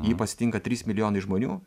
jį pasitinka trys milijonai žmonių